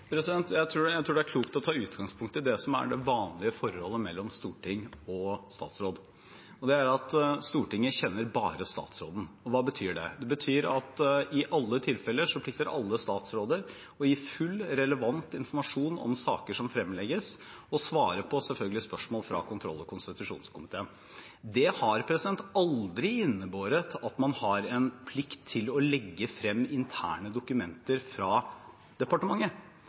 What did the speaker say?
Jeg tror det er klokt å ta utgangspunkt i det som er det vanlige forholdet mellom storting og statsråd. Det er at Stortinget kjenner bare statsråden. Hva betyr det? Det betyr at i alle tilfeller plikter alle statsråder å gi full, relevant informasjon om saker som fremlegges, og selvfølgelig svare på spørsmål fra kontroll- og konstitusjonskomiteen. Det har aldri innebåret at man har en plikt til å legge frem interne dokumenter fra departementet,